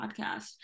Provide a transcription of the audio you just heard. podcast